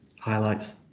highlights